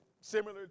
similar